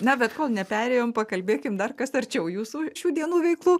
na bet kol neperėjom pakalbėkim dar kas arčiau jūsų šių dienų veiklų